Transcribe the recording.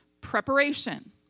preparation